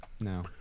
No